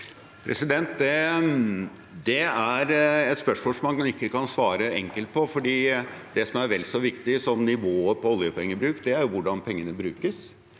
Det er et spørsmål man ikke kan svare enkelt på, for det som er vel så viktig som nivået på oljepengebruk, er hvordan pengene brukes.